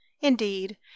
indeed